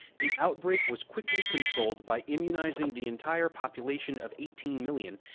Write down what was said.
the outbreak was quickly controlled by immunizing the entire population of eighteen million,